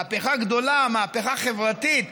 מהפכה גדולה, מהפכה חברתית.